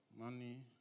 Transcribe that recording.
money